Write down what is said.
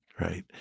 right